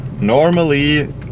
Normally